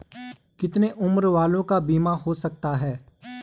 कितने उम्र वालों का बीमा हो सकता है?